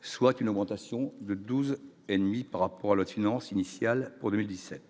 soit une augmentation de 12 et demi par rapport à la finance initiale produit 17,